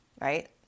Right